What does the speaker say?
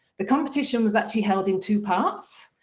the competition was actually held in two parts.